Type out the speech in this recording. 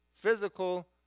Physical